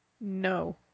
No